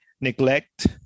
neglect